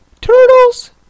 turtles